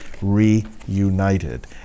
reunited